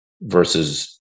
versus